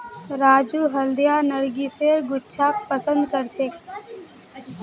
राजू हल्दिया नरगिसेर गुच्छाक पसंद करछेक